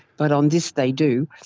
but on this they do.